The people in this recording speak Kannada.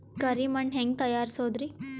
ಕರಿ ಮಣ್ ಹೆಂಗ್ ತಯಾರಸೋದರಿ?